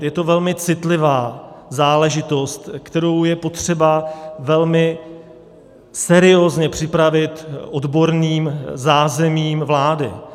Je to velmi citlivá záležitost, kterou je potřeba velmi seriózně připravit odborným zázemím vlády.